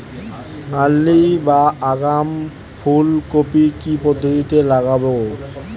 Early বা আগাম ফুল কপি কি পদ্ধতিতে লাগাবো?